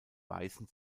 weißen